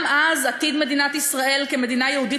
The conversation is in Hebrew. גם אז עתיד מדינת ישראל כמדינה יהודית